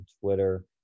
Twitter